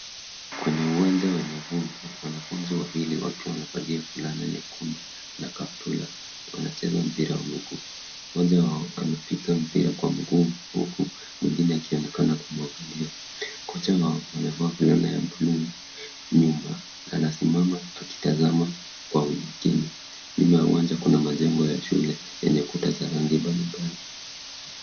Kwenye uwanja wenye vuke wanafunzi wawili wakiwa wamevalia fulana nyekundu na kaptura wanacheza mpira yao huku mmoja wao amepiga mpira kwa mguu huku mwengine akionekana kumwangalia. Kocha wao amevaa fulana ya buluu nyuma anasimama akitazama kwa umakini. Nyuma ya uwanja kuna majengo ya shule yenye kuta za rangi mbalimbali.